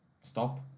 stop